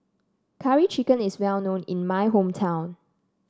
Curry Chicken is well known in my hometown